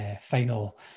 final